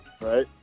Right